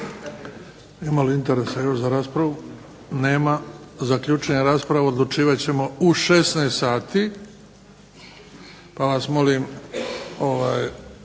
Ima li interesa još za raspravu? Nema. Zaključujem raspravu. Odlučivat ćemo u 16,00 sati pa vas molim